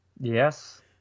Yes